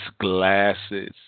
glasses